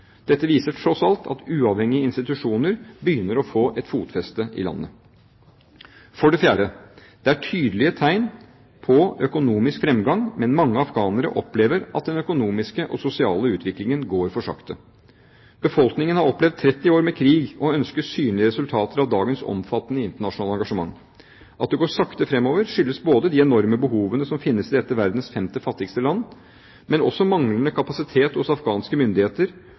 Dette viser tross alt at uavhengige institusjoner begynner å få et fotfeste i landet. For det fjerde: Det er tydelige tegn på økonomisk fremgang, men mange afghanere opplever at den økonomiske og sosiale utviklingen går for sakte. Befolkningen har opplevd 30 år med krig og ønsker synlige resultater av dagens omfattende internasjonale engasjement. At det går sakte fremover, skyldes de enorme behovene som finnes i dette verdens femte fattigste land, men også manglende kapasitet hos afghanske myndigheter,